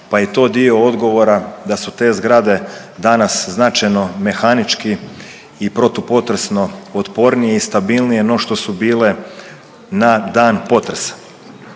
pa je i to dio odgovora da su te zgrade danas značajno mehanički i protupotresno otpornije i stabilnije no što su bile na dan potresa.